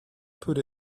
put